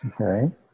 Okay